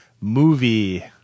movie